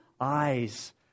eyes